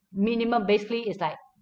minimum basically is like